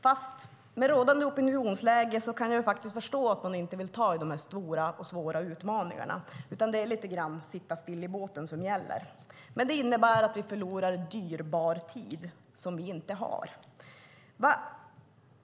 Men med rådande opinionsläge kan jag förstå att man inte vill ta i dessa stora och svåra utmaningar, utan det är lite grann av att sitta still i båten som gäller. Men det innebär att vi förlorar dyrbar tid som vi inte har.